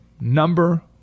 number